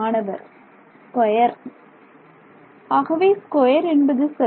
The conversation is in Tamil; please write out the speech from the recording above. மாணவர் ஸ்கொயர் ஆகவே ஸ்கொயர் என்பது சரி